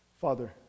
Father